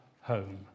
home